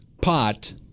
pot